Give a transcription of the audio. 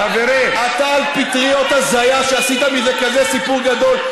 אתה על פטריות הזיה שעשית מזה כזה סיפור גדול,